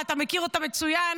ואתה מכיר אותה מצוין,